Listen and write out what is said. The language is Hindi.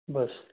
बस